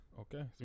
Okay